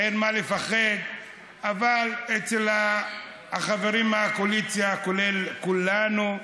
אבל אצל החברים מהקואליציה, כולל כולנו,